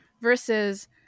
versus